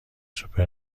سوپر